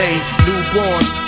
Newborns